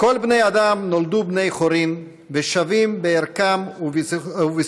"כל בני האדם נולדו בני חורין ושווים בערכם ובזכויותיהם.